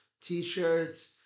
t-shirts